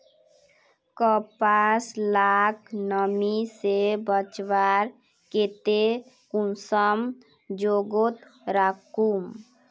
कपास लाक नमी से बचवार केते कुंसम जोगोत राखुम?